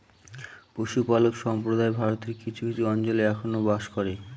পশুপালক সম্প্রদায় ভারতের কিছু কিছু অঞ্চলে এখনো বাস করে